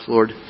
Lord